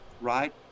right